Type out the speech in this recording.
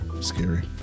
scary